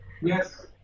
Yes